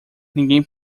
ninguém